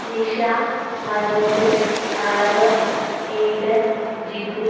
Nisha Manoj Aaron Aiden Jithu